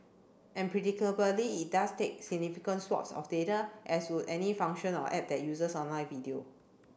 and predictably it does take significant swathes of data as would any function or app that uses online video